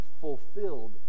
fulfilled